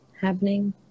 happening